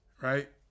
right